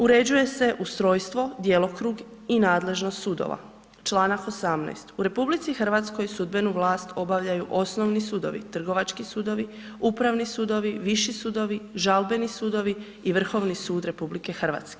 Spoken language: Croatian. Uređuje se ustrojstvo, djelokrug i nadležnost sudova Članak 18. u RH sudbenu vlast obavljaju osnovni sudovi, trgovački sudovi, upravni sudovi, viši sudovi, žalbeni sudovi i Vrhovni sud RH.